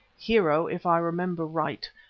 hero, if i remember right,